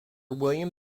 william